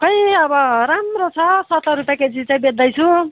खोइ अब राम्रो छ सत्तर रुपियाँ केजी चाहिँ बेच्दैछु